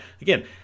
again